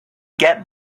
get